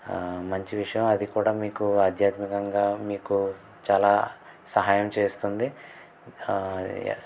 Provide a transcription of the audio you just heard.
మంచి విషయం అది కూడా మీకు ఆధ్యాత్మికంగా మీకు చాలా సహాయం చేస్తుంది